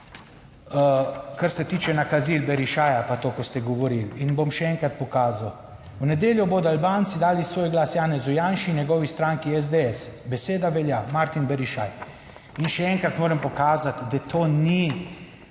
kar se tiče nakazil Berišaja pa to, ko ste govorili in bom še enkrat pokazal. V nedeljo bodo Albanci dali svoj glas Janezu Janši in njegovi stranki SDS, beseda velja Martin Berišaj. In še enkrat moram pokazati, da to ni,